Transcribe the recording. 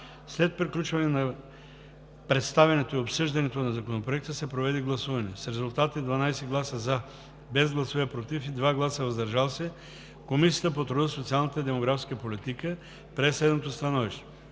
След приключване на представянето и обсъждането на Законопроекта се проведе гласуване. С резултати: 12 гласа „за“, без гласове „против“ и 2 гласа „въздържал се“, Комисията по труда, социалната и демографската политика прие следното становище: